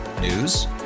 News